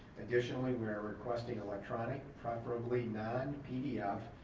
additionally, we are requesting electronic, preferably non-pdf,